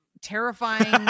terrifying